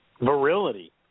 Virility